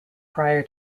prior